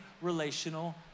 relational